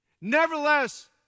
Nevertheless